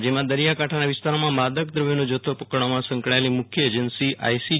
રાજ્યમાં દરિયા કાંઠાનાં વિસ્તારોમાં માદક દ્રવ્યોનો જથ્થી પકડવામાં સંકળાયેલી મુખ્ય એજન્સીઆઈજી